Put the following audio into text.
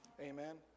Amen